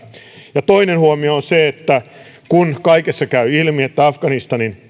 ja toinen huomio on se että kun kaikessa käy ilmi että afganistanin